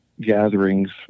gatherings